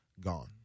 gone